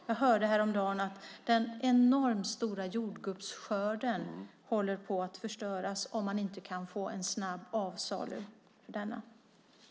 Jag hörde häromdagen att den enormt stora jordgubbsskörden håller på att förstöras om man inte kan få en snabb avsalu för denna.